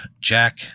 Jack